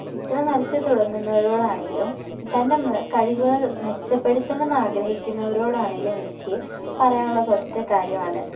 ചിത്രം വരച്ച് തുടങ്ങുന്നവരോടാണെങ്കിലും തന്റെ കഴിവുകൾ മെച്ചപ്പെടുത്തണം എന്നു ആഗ്രഹിക്കുന്നവരോടാണെങ്കിലും എനിക്ക് പറയാനുള്ളത് ഒറ്റ കാര്യമാണ്